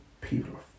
people